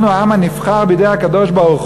אנחנו העם הנבחר בידי הקדוש-ברוך-הוא.